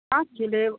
हाँ क़िले